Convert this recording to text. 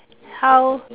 how